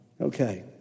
Okay